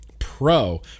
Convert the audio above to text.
Pro